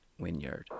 Winyard